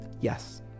Yes